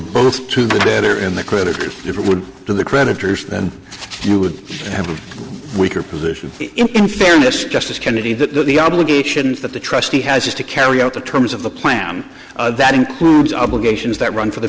both to the debtor in the creditors it would to the creditors then you would have a weaker position in fairness justice kennedy that the obligations that the trustee has to carry out the terms of the plan that includes obligations that run for the